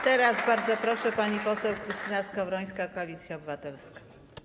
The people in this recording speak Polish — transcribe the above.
Teraz bardzo proszę, pani poseł Krystyna Skowrońska, Koalicja Obywatelska.